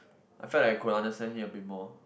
I felt that I could understand him a bit more